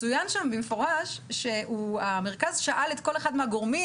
צוין שם במפורש שהמרכז שאל את כל אחד מהגורמים,